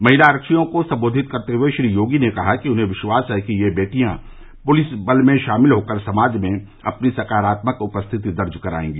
महिला आरक्षियों को संबोधित करते हुए श्री योगी ने कहा कि उन्हें विश्वास है कि ये बेटियां पुलिस बल में शामिल होकर समाज में अपनी सकारात्मक उपस्थिति दर्ज कराएगी